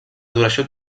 duració